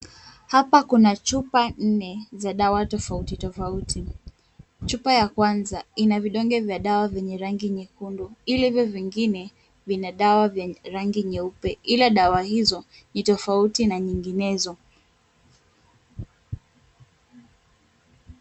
Hapa kuna chupa nne za dawa tofautitofauti. Chupa ya kwanza ina vidonge vya dawa vyenye rangi nyekundu, hivyo vingine vina dawa vya rangi nyeupe ila dawa hizo ni tofauti na nyinginezo.